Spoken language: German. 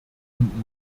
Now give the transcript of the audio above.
und